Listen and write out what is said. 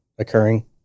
Occurring